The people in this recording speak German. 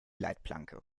leitplanke